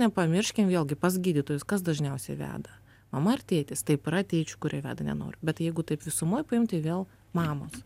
nepamirškim vėlgi pas gydytojus kas dažniausiai veda mama ar tėtis taip yra tėčių kurie veda nenoriu bet jeigu taip visumoj paimti vėl mamos